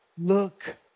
Look